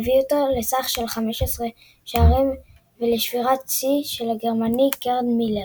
שהביאו אותו לסך של 15 שערים ולשבירת שיאו של הגרמני גרד מילר.